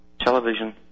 television